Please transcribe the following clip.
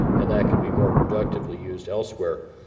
and that could be more productively used elsewhere.